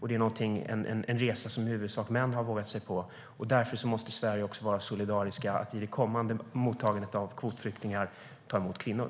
Det är en resa som i huvudsak män har vågat sig på. Därför måste Sverige vara solidariskt och i det kommande mottagandet av kvotflyktingar ta emot kvinnor.